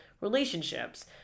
relationships